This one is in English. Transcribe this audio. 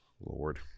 Lord